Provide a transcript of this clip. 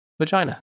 vagina